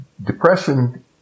Depression